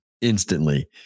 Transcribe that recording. Instantly